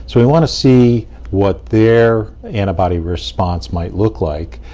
so we wanna see what their antibody response might look like.